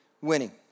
winning